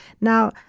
Now